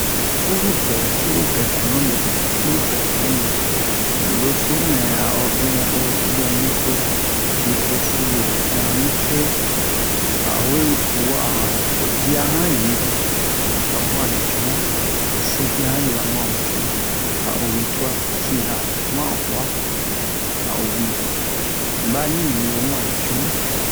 Furu pɛ furu pɛ cunu mi furu pɛ cunu mi ani we furu nɛ a ordinɛr wo ubiɛn mikro mikro-furu wo mɛ onni se a'o we wa'a han o dia han yi a bun a ni cunu a sɛ dia han yi a mu ani cunu a'o wi twa ciza ma uwa a'o wi ba ni yi a bun ani cunu